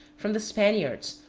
from the spaniards,